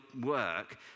work